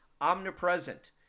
omnipresent